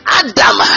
adam